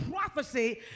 prophecy